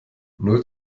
null